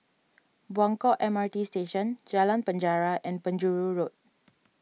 Buangkok M R T Station Jalan Penjara and Penjuru Road